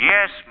Yes